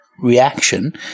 reaction